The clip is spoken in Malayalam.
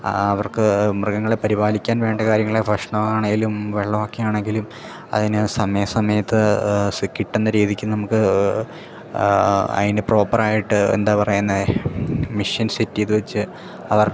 ആ അവർക്ക് മൃഗങ്ങളെ പരിപാലിക്കാൻ വേണ്ട കാര്യങ്ങൾ ഭക്ഷണം ആണേലും വെള്ളം ഒക്കെ ആണെങ്കിലും അതിന് സമയാ സമയത്ത് കിട്ടുന്ന രീതിക്ക് നമുക്ക് അതിന് പ്രോപ്പറായിട്ട് എന്താ പറയുന്നത് മെഷ്യൻ സെറ്റ് ചെയ്ത് വെച്ച് അവരുടെ